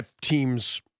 teams